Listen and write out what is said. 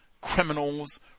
criminals